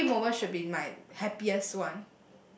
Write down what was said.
every moment should be my happiest one